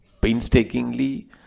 painstakingly